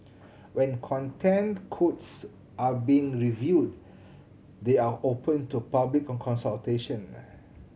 when Content Codes are being reviewed they are open to public consultation